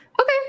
Okay